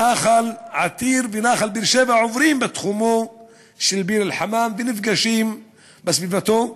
נחל עתיר ונחל באר-שבע עוברים בתחומו של ביר-אל-חמאם ונפגשים בסביבתו,